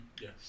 Yes